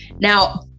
Now